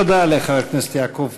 תודה לחבר הכנסת יעקב פרי.